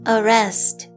Arrest